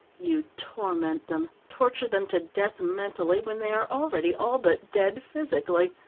you torment them, torture them to death mentally when they are already all but dead physically!